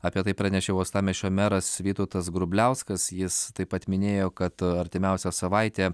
apie tai pranešė uostamiesčio meras vytautas grubliauskas jis taip pat minėjo kad artimiausią savaitę